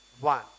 one